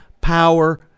power